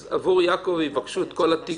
אז על יעקב יבקשו את כל התיק?